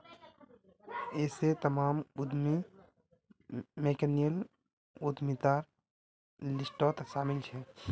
ऐसे तमाम उद्यमी मिल्लेनियल उद्यमितार लिस्टत शामिल छे